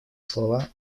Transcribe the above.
слова